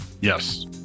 Yes